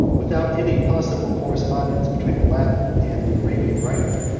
without any possible correspondence between the latin and the arabian writer,